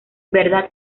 verdad